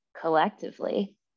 collectively